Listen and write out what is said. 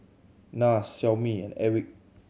Nars Xiaomi and Airwick